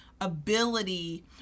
ability